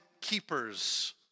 keepers